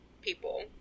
people